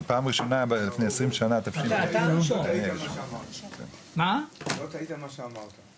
אבל פעם ראשונה לפני 20 שנה --- לא טעית מה שאמרת.